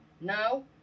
No